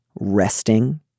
resting